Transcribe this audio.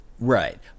Right